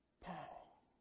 Paul